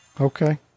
Okay